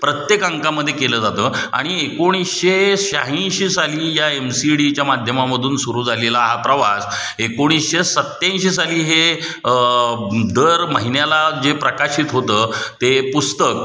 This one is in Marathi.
प्रत्येक अंकामध्ये केलं जातं आणि एकोणीसशे शहाऐंशी साली या एम सी डीच्या माध्यमामधून सुरू झालेला हा प्रवास एकोणीसशे सत्त्याऐंशी साली हे दर महिन्याला जे प्रकाशित होतं ते पुस्तक